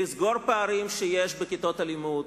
לסגור פערים שיש בכיתות הלימוד,